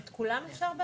את כולן באפריל?